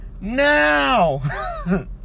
now